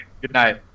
Goodnight